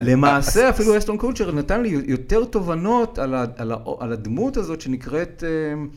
למעשה אפילו אסטון קולצ'ר נתן לי יותר תובנות על הדמות הזאת שנקראת...